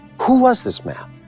who was this man?